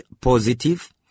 positive